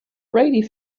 brady